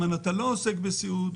עוסקים בסיעוד.